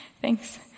Thanks